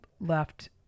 left